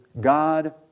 God